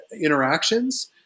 interactions